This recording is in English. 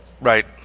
right